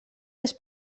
les